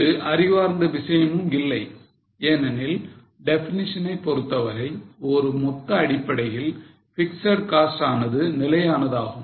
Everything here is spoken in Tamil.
இது அறிவார்ந்த விஷயமும் இல்லை ஏனெனில் definition ஐ பொறுத்தவரை ஒரு மொத்த அடிப்படையில் பிக்ஸட் காஸ்ட் ஆனது நிலையானதாகும்